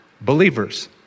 Believers